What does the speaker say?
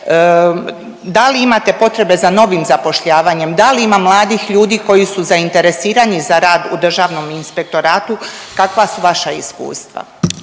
da li imate potrebe za novim zapošljavanjem, da li ima mladih ljudi koji su zainteresirani za rad u Državnom inspektoratu, kakva su vaša iskustva?